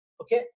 Okay